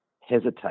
hesitate